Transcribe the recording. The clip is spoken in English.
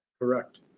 Correct